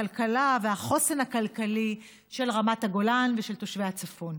לכלכלה ולחוסן הכלכלי של רמת הגולן ושל תושבי הצפון.